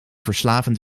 verslavend